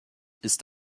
ist